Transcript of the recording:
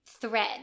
thread